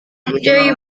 mempunyai